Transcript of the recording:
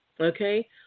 okay